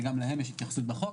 וגם להם יש התייחסות בחוק.